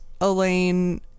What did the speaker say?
Elaine